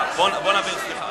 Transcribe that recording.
הוא עונה על הטענה שזה לא אישי.